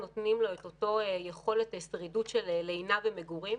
אנחנו נותנים לו את אותה יכולת שרידות של לינה ומגורים,